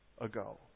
ago